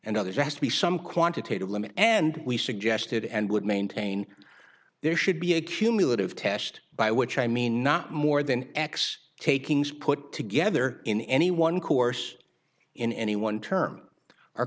and others has to be some quantitative limit and we suggested and would maintain there should be a cumulative test by which i mean not more than x takings put together in any one course in any one term our